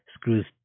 screws